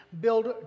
build